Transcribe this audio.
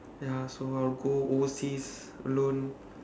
ya so I will go overseas alone